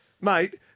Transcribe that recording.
Mate